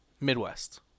Midwest